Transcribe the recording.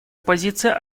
позиция